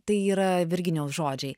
tai yra virginijaus žodžiai